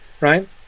right